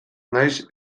naiz